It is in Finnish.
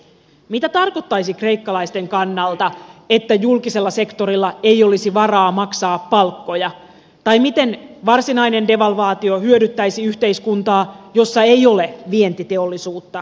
mitä tarkoittaisi kreikkalaisten kannalta että julkisella sektorilla ei olisi varaa maksaa palkkoja tai miten varsinainen devalvaatio hyödyttäisi yhteiskuntaa jossa ei ole vientiteollisuutta ollenkaan